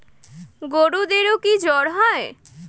গরুদেরও কি জ্বর হয়?